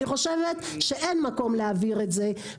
אני חושבת שאין מקום להעביר את זה,